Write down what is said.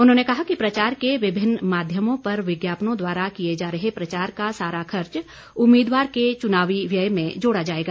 उन्होंने कहा कि प्रचार के विभिन्न माध्यमों पर विज्ञापनों द्वारा किए जा रहे प्रचार का सारा खर्च उम्मीदवार के चुनावी व्यय में जोड़ा जाएगा